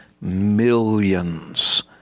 Millions